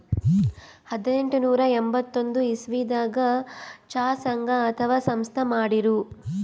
ಹದನೆಂಟನೂರಾ ಎಂಬತ್ತೊಂದ್ ಇಸವಿದಾಗ್ ಚಾ ಸಂಘ ಅಥವಾ ಸಂಸ್ಥಾ ಮಾಡಿರು